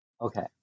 okay